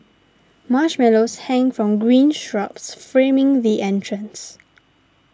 marshmallows hang from green shrubs framing the entrance